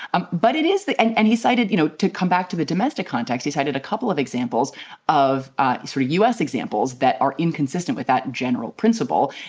ah but it is that and and he cited, you know, to come back to the domestic context. he cited a couple of examples of three ah sort of u. s. examples that are inconsistent with that general principle.